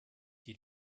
die